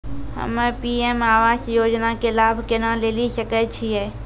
हम्मे पी.एम आवास योजना के लाभ केना लेली सकै छियै?